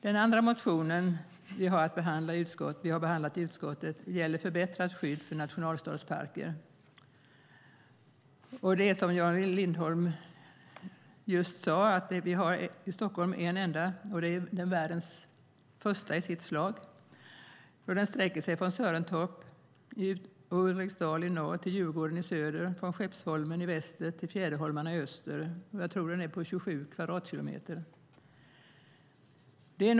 Den ytterligare motion som vi har behandlat i utskottet gäller förbättrat skydd för nationalstadsparker. Som Jan Lindholm just sade har vi en enda nationalstadspark, i Stockholm. Det är världens första i sitt slag. Den sträcker sig från Sörentorp och Ulriksdal i norr till Djurgården i söder, från Skeppsholmen i väster till Fjäderholmarna i öster. Jag tror att den är på 27 kvadratkilometer.